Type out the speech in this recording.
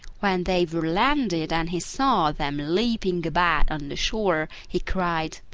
when they were landed and he saw them leaping about on the shore, he cried,